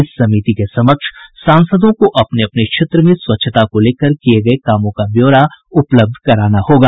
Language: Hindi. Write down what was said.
इस समिति को समक्ष सांसदों को अपने अपने क्षेत्र में स्वच्छता को लेकर किये गये कामों का ब्यौरा उपलब्ध कराना होगा